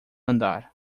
andar